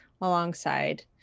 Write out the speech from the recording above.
alongside